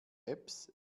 apps